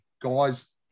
guys